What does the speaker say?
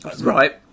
right